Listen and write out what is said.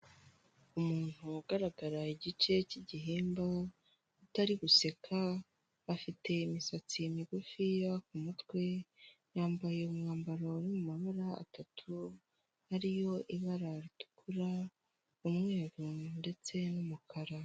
Umuntu ugaragara igice cy'igihimba, utari guseka, afite imisatsi migufiya ku mutwe, yambaye umwambaro uri mu mabara atatu ari yo: ibara ritukura, umweru, ndetse n'umukara.